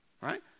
right